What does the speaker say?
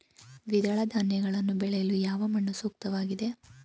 ದ್ವಿದಳ ಧಾನ್ಯಗಳನ್ನು ಬೆಳೆಯಲು ಯಾವ ಮಣ್ಣು ಸೂಕ್ತವಾಗಿದೆ?